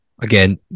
Again